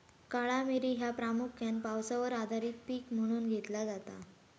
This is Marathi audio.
काळा मिरी ह्या प्रामुख्यान पावसावर आधारित पीक म्हणून घेतला जाता